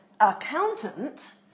accountant